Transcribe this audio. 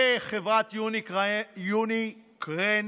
חברות יוניקורן